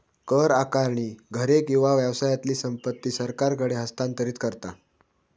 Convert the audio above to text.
कर आकारणी घरे किंवा व्यवसायातली संपत्ती सरकारकडे हस्तांतरित करता